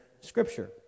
scripture